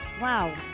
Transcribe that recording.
Wow